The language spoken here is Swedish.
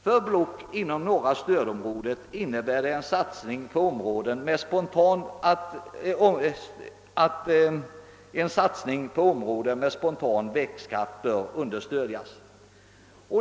För block inom detta stödområde innebär det att en satsning på rgeioner med spontan växtkraft bör stödjas.